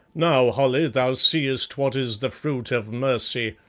now, holly, thou seest what is the fruit of mercy.